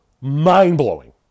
Mind-blowing